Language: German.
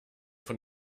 von